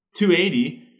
280